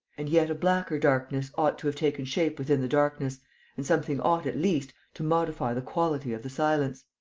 and yet a blacker darkness ought to have taken shape within the darkness and something ought, at least, to modify the quality of the silence.